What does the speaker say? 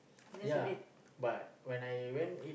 yeah but when I went it